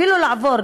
אפילו לעבור,